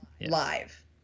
live